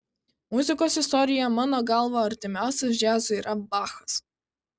muzikos istorijoje mano galva artimiausias džiazui yra bachas